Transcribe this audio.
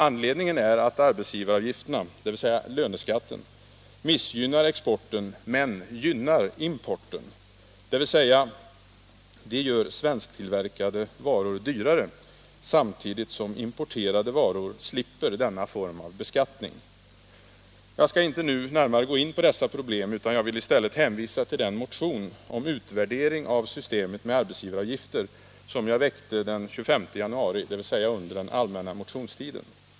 Anledningen är att arbetsgivaravgifterna, som utgör en löneskatt, missgynnar exporten men gynnar importen, dvs. de gör svensktillverkade varor dyrare samtidigt som importerade varor slipper denna form av beskattning. Jag skall inte nu gå in närmare på dessa problem, utan jag vill i stället hänvisa till den motion om utvärdering av systemet med arbetsgivaravgifter som jag väckte den 25 januari, alltså under den allmänna motionstiden.